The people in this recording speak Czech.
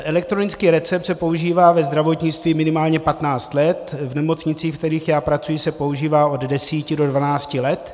Elektronický recept se používá ve zdravotnictví minimálně patnáct let, v nemocnicích, ve kterých já pracuji, se používá od deseti do dvanácti let.